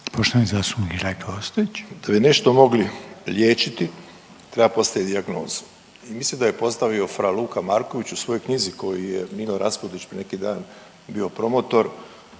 **Ostojić, Rajko (Nezavisni)** Da bi nešto mogli liječiti treba postavit dijagnozu i mislim da ju postavio fra. Luka Marković u svojoj knjizi koju je Nino Raspudić prije neki dan bio promotor